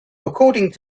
according